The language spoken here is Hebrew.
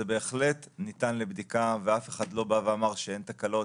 זה בהחלט ניתן לבדיקה ואף אחד לא בא ואמר שאין תקלות.